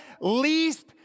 least